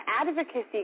advocacy